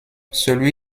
celui